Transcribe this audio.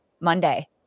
Monday